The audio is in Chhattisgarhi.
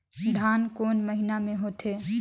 धान कोन महीना मे होथे?